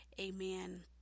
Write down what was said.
amen